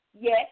Yes